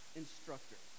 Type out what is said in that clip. instructor